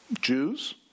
Jews